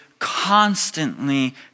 Constantly